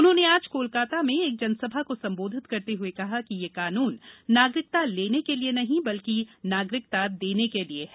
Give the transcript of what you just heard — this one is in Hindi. उन्होंने आज कोलकता में एक जनसभा को संबोधित करते हुए कहा कि यह कानून नागरिकता लेने के लिये नहीं बल्कि नागरिकाता देने के लिये है